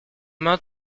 main